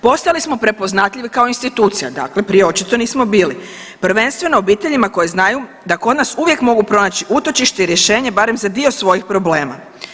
Postali smo prepoznatljivi kao institucija, dakle prije očito nismo bili, prvenstveno obiteljima koje znaju da kod nas uvijek mogu pronaći utočište i rješenje barem za dio svojih problema.